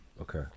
Okay